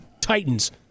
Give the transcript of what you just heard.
Titans